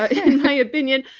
ah in my opinion.